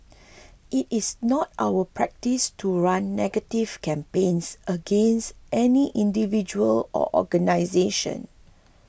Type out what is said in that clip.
it is not our practice to run negative campaigns against any individual or organisation